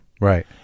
right